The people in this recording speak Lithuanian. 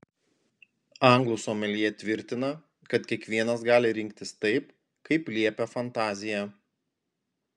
anglų someljė tvirtina kad kiekvienas gali rinktis taip kaip liepia fantazija